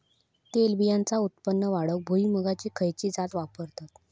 तेलबियांचा उत्पन्न वाढवूक भुईमूगाची खयची जात वापरतत?